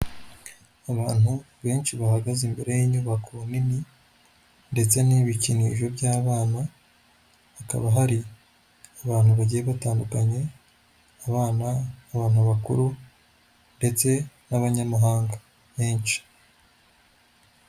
Abantu benshi bahagaze imbere y'inyubako nini ndetse n'ibikinisho by'abana hakaba hari abantu bagiye batandukanya abana n'abantu bakuru ndetse n'abanyamahanga benshi.